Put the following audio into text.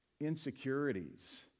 insecurities